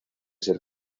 ser